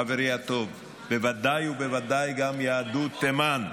חברי הטוב, בוודאי ובוודאי גם יהדות תימן.